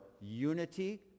unity